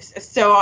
so